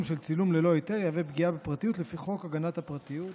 של צילום ללא היתר יהווה פגיעה בפרטיות לפי חוק הגנת הפרטיות,